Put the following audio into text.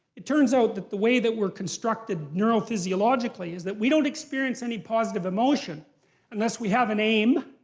it turns out that the way that we're constructed neurophysiologically is that we don't experience any positive emotion unless we have an aim,